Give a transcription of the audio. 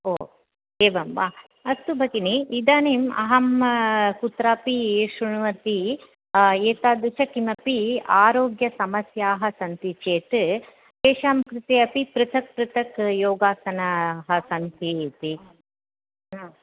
ओ एवं वा अस्तु भगिनि इदानीम् अहं कुत्रापि श्रुतवती एतादृशं किमपि आरोग्यसमस्याः सन्ति चेत् तेषां कृते अपि पृथक् पृथक् योगासनानि सन्ति इति हा